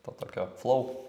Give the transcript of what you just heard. po tokio flou